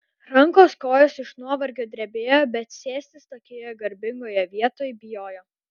rankos kojos iš nuovargio drebėjo bet sėstis tokioje garbingoje vietoj bijojo